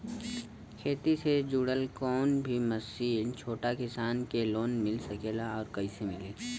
खेती से जुड़ल कौन भी मशीन छोटा किसान के लोन मिल सकेला और कइसे मिली?